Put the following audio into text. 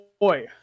boy